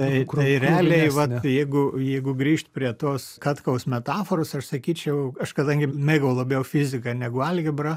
tai tai realiai vat jeigu jeigu grįžt prie tos katkaus metaforos aš sakyčiau aš kadangi mėgau labiau fiziką negu algebrą